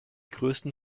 größten